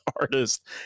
artist